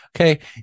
Okay